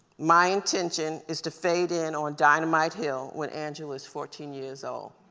my intention is to fade in on dynamite hill, when angela's fourteen years old,